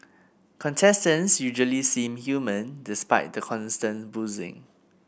contestants usually seem human despite the constant boozing